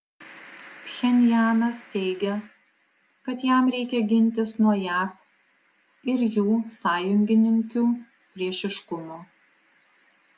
pchenjanas teigia kad jam reikia gintis nuo jav ir jų sąjungininkių priešiškumo